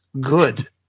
good